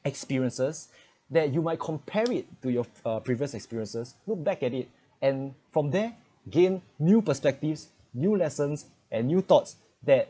experiences that you might compare it to your uh previous experiences look back at it and from there gain new perspectives new lessons and new thoughts that